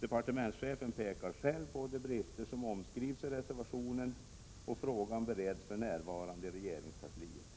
Departementschefen pekar själv på de brister som påtalas i reservationen, och frågan bereds för närvarande i regeringskansliet.